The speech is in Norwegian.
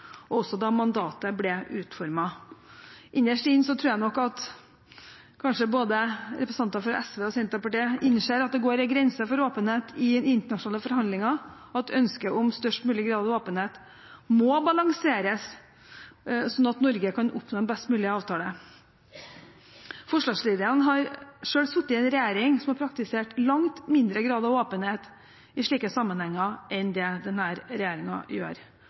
også da mandatet ble utformet. Innerst inne tror jeg nok kanskje at representanter både fra SV og Senterpartiet innser at det går en grense for åpenhet i internasjonale forhandlinger, og at ønsket om størst mulig grad av åpenhet må balanseres, sånn at Norge kan oppnå en best mulig avtale. Forslagsstillerne har selv sittet i en regjering som praktiserte langt mindre grad av åpenhet i slike sammenhenger enn det denne regjeringen gjør.